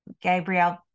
Gabriel